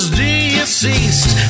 deceased